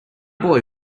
boy